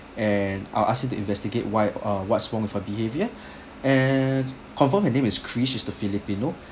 and I'll ask him to investigate why uh what's wrong with her behaviour and confirm her name is chris she's the filipino